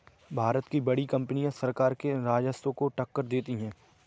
भारत की बड़ी कंपनियां सरकार के राजस्व को टक्कर देती हैं